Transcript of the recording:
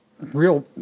real